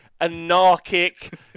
anarchic